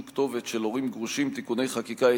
כתובת של הורים גרושים (תיקוני חקיקה),